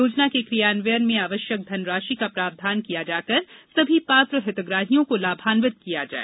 योजना के क्रियान्वयन में आवश्यक धनराशि का प्रावधान किया जाकर सभी पात्र हितग्राहियों को लाभान्वित किया जाए